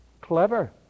clever